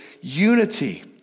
unity